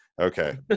Okay